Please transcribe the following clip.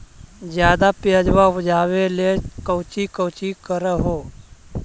ज्यादा प्यजबा उपजाबे ले कौची कौची कर हो?